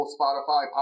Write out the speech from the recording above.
Spotify